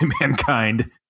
mankind